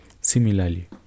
Similarly